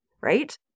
right